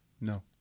no